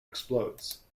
explodes